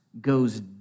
goes